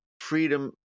freedom